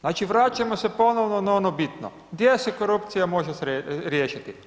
Znači, vraćamo se ponovo na ono bitno, gdje se korupcija može riješiti?